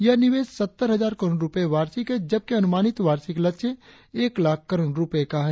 यह निवेश सत्तर हजार करोड़ रुपये वार्षिक है जबकि अनुमानित वार्षिक लक्ष्य एक लाख करोड़ रुपये का है